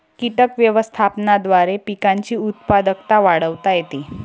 कीटक व्यवस्थापनाद्वारे पिकांची उत्पादकता वाढवता येते